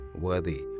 worthy